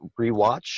rewatch